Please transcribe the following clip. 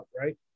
right